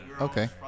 Okay